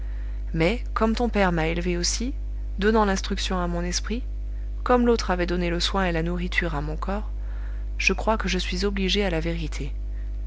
mais comme ton père m'a élevé aussi donnant l'instruction à mon esprit comme l'autre avait donné le soin et la nourriture à mon corps je crois que je suis obligé à la vérité